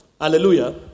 Hallelujah